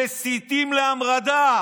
מסיתים להמרדה.